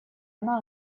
она